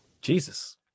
jesus